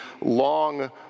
long